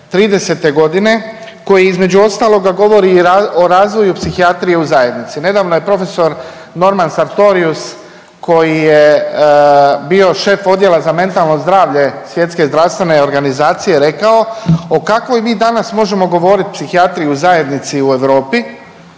2030. godine koji između ostaloga govori o razvoj psihijatrije u zajednici. Nedavno je profesor Norman Sartorius koji je bio šef odjela za mentalno Svjetske zdravstvene organizacije rekao o kakvoj mi danas možemo govoriti psihijatriji u zajednici u Europi,